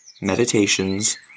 Meditations